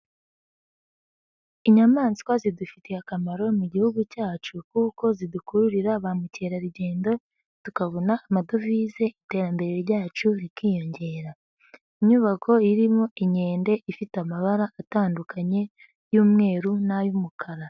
Inyamaswa zidufitiye akamaro mu Gihugu cyacu kuko zidukururira ba mukerarugendo tukabona amadovize iterambere ryacu rikiyongera. Inyubako irimo inkende ifite amabara atandukanye y'umweru n'ay'umukara.